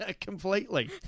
completely